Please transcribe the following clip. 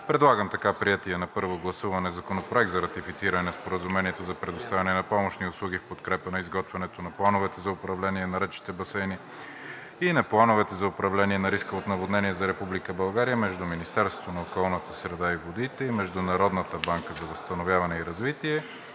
събрание да приеме на първо гласуване Законопроект за ратифициране на Изменение № 1 на Споразумението за предоставяне на помощни услуги в подкрепа на изготвянето на Планове за управление на речните басейни и на Планове за управление на риска от наводнения за Република България между Министерството на околната среда и водите и Международната банка за възстановяване и развитие